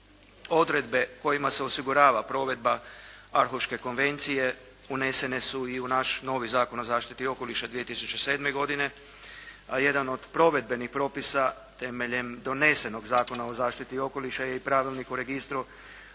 Odredbe kojima se osigurava provedba Arhuške konvencije unesene su i u naš novi Zakon o zaštiti okoliša 2007. godine. A jedan od provedbenih propisa temeljem donesenog Zakona o zaštiti okoliša je i Pravilnik o registru